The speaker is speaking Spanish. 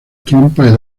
trompas